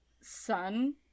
son